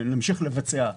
ונמשיך לבצע,